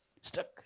Stuck